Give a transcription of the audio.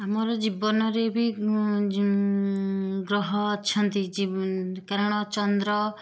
ଆମର ଜୀବନରେ ବି ଗ୍ରହ ଅଛନ୍ତି କାରଣ ଚନ୍ଦ୍ର